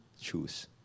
choose